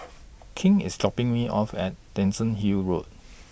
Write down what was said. King IS dropping Me off At Dickenson Hill Road